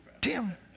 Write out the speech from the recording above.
Tim